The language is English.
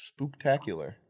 spooktacular